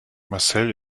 marcel